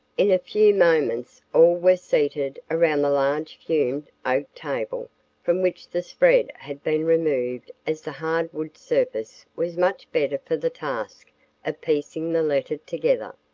in a few moments all were seated around the large fumed oak table from which the spread had been removed as the hard wood surface was much better for the task of piecing the letter together.